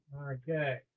Okay